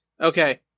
Okay